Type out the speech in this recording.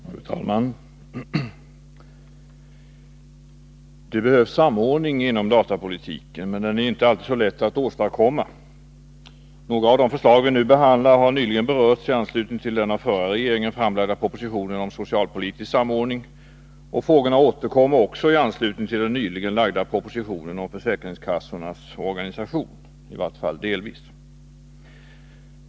Fru talman! Det behövs samordning inom datapolitiken, men den är inte alltid så lätt att åstadkomma. Några av de förslag vi nu behandlar har nyligen berörts i anslutning till den av förra regeringen framlagda propositionen om socialpolitisk samordning. Frågorna återkommer också i anslutning till den nyligen framlagda propositionen om försäkringskassornas organisation, i varje fall delvis.